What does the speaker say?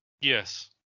yes